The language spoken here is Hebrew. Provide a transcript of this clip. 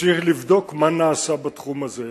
וצריך לבדוק מה נעשה בתחום הזה.